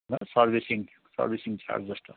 ल servicing servicing charge जस्तो